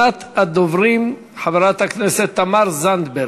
מאותו רגע שוב משתררת בדרום תחושה של אי-ביטחון,